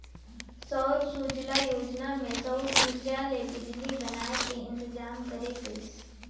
सौर सूजला योजना मे सउर उरजा ले बिजली बनाए के इंतजाम करे गइस